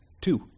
two